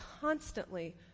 constantly